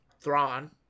Thrawn